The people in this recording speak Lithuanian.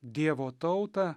dievo tautą